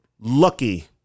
lucky